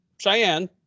Cheyenne